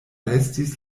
restis